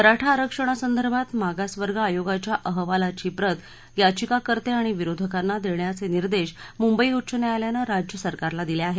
मराठा आरक्षणासंदर्भात मागासवर्ग आयोगाच्या अहवालाची प्रत याचिकाकर्ते आणि विरोधकांना देण्याचे निर्देश मुंबई उच्च न्यायालयानं राज्यसरकारला दिले आहेत